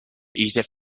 edith